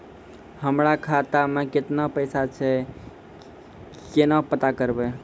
हमरा खाता मे केतना पैसा छै, केना पता करबै?